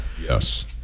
Yes